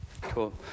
Cool